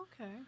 Okay